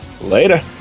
Later